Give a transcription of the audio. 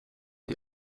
die